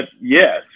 yes